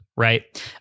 Right